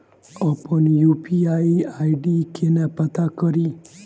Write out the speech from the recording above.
अप्पन UPI ID केना पत्ता कड़ी?